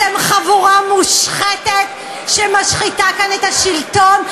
אתם חבורה מושחתת שמשחיתה כאן את השלטון,